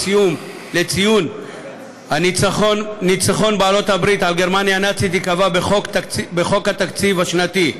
לציון ניצחון בעלות הברית על גרמניה הנאצית ייקבע בחוק התקציב השנתי,